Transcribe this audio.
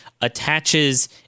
attaches